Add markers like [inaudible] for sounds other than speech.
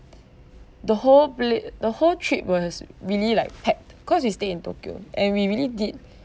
[breath] the whole pla~ the whole trip was really like packed cause we stay in tokyo and we really did [breath]